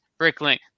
Bricklink